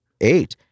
Eight